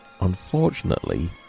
unfortunately